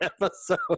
episode